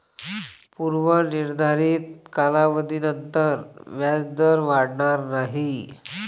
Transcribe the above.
पूर्व निर्धारित कालावधीनंतर व्याजदर वाढणार नाही